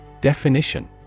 Definition